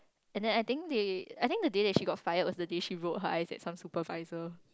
and then I think they I think the day that she got fire was the day she roll her eyes at supervisor